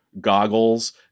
goggles